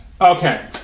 Okay